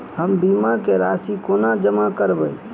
हम बीमा केँ राशि कोना जमा करबै?